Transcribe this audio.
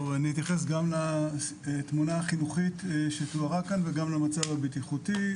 טוב אני אתייחס גם לתמונה החינוכית שתוארה כאן וגם למצב הבטיחותי.